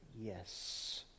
Yes